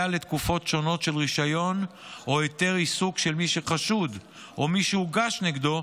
לתקופות שונות של רישיון או היתר עיסוק של מי שחשוד או מי שהוגש נגדו